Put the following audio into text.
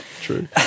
true